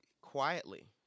quietly